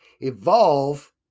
evolve